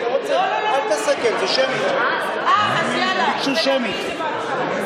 על פי בקשת האופוזיציה, הצבעה.